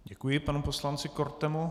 Děkuji panu poslanci Kortemu.